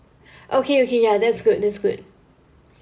okay okay ya that's good that's good